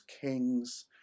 kings